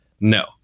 No